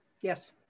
Yes